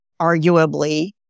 arguably